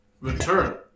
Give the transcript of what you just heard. return